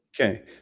Okay